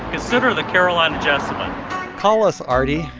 consider the carolina jessamine call us, arty.